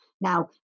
Now